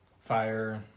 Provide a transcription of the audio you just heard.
fire